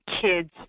kids